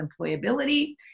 employability